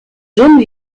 jaune